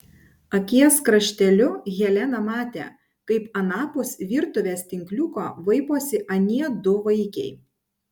akies krašteliu helena matė kaip anapus virtuvės tinkliuko vaiposi anie du vaikiai